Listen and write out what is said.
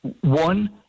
one